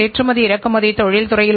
மேலும் இதற்கு எந்த அளவீடும் கிடையாது